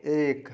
एक